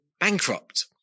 bankrupt